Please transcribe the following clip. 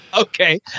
Okay